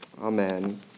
Amen